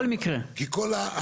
כי כל,